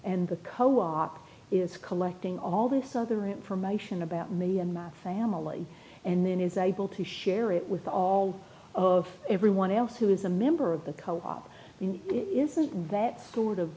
and the co op is collecting all this other information about me and my family and then is able to share it with all of everyone else who is a member of the cult isn't that s